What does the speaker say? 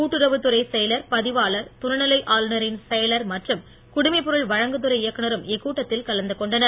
கூட்டுறவுத் துறை செயலர் பதிவாளர் துணை நிலை ஆளுநரின் செயலர் மற்றும் குடிமைப்பொருன் வழங்குதுறை இயக்குனரும் இக்கூட்டத்தில் கலந்து கொண்டனர்